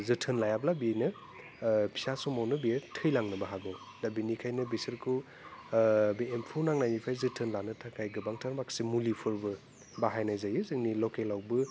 जोथोन लायाब्ला बिनो फिसा समावनो बियो थैलांनोबो हागौ दा बिनिखायनो बिसोरखौ बे एम्फौ नांनायनिफ्राय जोथोन लानो थाखाय गोबांथार माखासे मुलिफोरबो बाहायनाय जायो जोंनि लकेलावबो